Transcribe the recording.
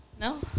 No